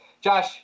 Josh